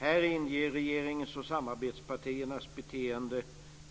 Här inger regeringens och samarbetspartiernas beteende